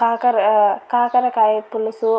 కాకర కాకరకాయ పులుసు